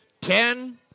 Ten